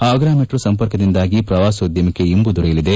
Agra metro ಸಂಪರ್ಕದಿಂದಾಗಿ ಪ್ರವಾಸೋದ್ಯಮಕ್ಕೆ ಇಂಬು ದೊರೆಯಲಿದೆ